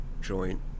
joint